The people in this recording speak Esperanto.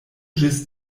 ĝis